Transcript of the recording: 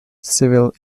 civil